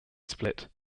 split